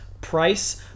price